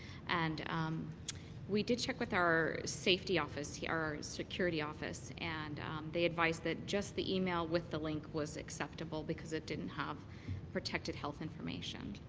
and we did check with our safety office, our security office and they advised that just the email with the link was acceptable because it didn't have protected health information.